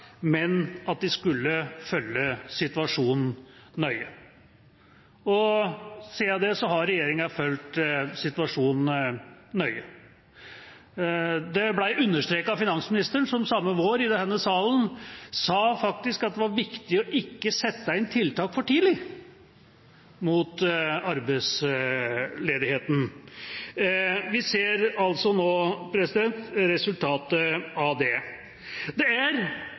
men de skulle følge situasjonen nøye. Siden det har regjeringa fulgt situasjonen nøye. Det ble understreket av finansministeren, som samme vår i denne salen faktisk sa at det var viktig ikke å sette inn tiltak for tidlig mot arbeidsledigheten. Vi ser nå resultatet av det. Det er